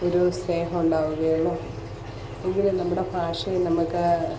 ഒരു സ്നേഹം ഉണ്ടാകുകയുള്ളു എങ്കിലേ നമ്മുടെ ഭാഷയെ നമുക്ക്